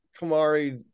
Kamari